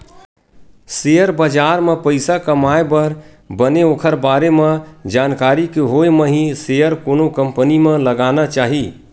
share बजार म पइसा कमाए बर बने ओखर बारे म जानकारी के होय म ही सेयर कोनो कंपनी म लगाना चाही